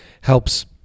helps